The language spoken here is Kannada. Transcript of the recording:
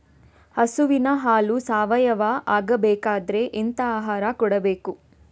ಹಸುವಿನ ಹಾಲು ಸಾವಯಾವ ಆಗ್ಬೇಕಾದ್ರೆ ಎಂತ ಆಹಾರ ಕೊಡಬೇಕು?